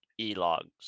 e-logs